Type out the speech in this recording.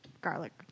garlic